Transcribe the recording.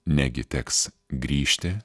negi teks grįžti